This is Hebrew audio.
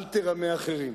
אל תרמה אחרים,